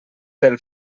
pel